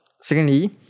Secondly